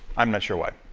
i'm not sure why.